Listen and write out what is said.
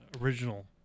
original